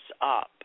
up